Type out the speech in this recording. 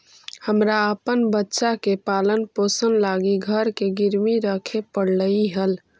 हमरा अपन बच्चा के पालन पोषण लागी घर के गिरवी रखे पड़लई हल